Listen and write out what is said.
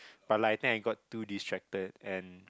but like I think I got too distracted and